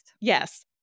Yes